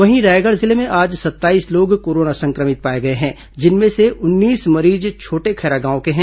वहीं रायगढ़ जिले में आज सत्ताईस लोग कोरोना संक्रमित पाए गए हैं जिनमें से उन्नीस मरीज छोटे खैरा गांव के हैं